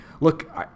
look